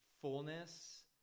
fullness